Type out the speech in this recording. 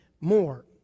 more